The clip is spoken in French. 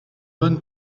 bonne